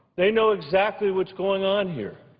they know exactly what's going on here,